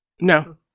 No